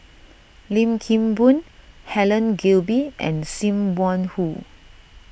Lim Kim Boon Helen Gilbey and Sim Wong Hoo